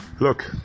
Look